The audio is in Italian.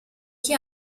chi